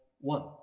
one